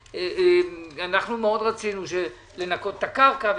רצינו מאוד לנקות את הקרקע.